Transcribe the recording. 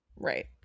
right